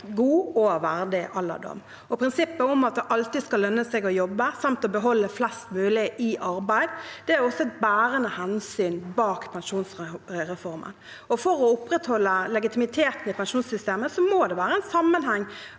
god og verdig alderdom. Prinsippet om at det alltid skal lønne seg å jobbe, samt å beholde flest mulig i arbeid, er også bærende hensyn bak pensjonsreformen. For å opprettholde pensjonssystemets legitimitet må det være en sammenheng